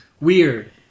Weird